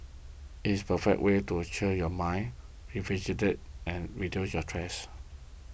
it's the perfect way to your mind rejuvenate and reduce your stress